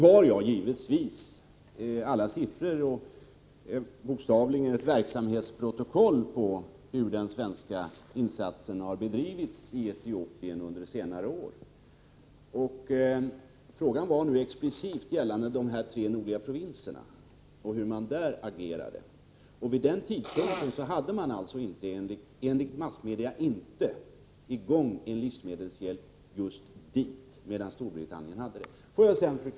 Jag har givetvis tillgång till alla siffror och även till en verksamhetsredovisning över hur den svenska insatsen i Etiopien har bedrivits under senare år. Min fråga gällde explicit hur Sverige agerade beträffande de tre nordliga provinserna. Vid den aktuella tidpunkten hade SIDA enligt massmedia inte någon pågående livsmedelshjälp just dit. Storbritannien hade däremot hjälpsändningar i gång.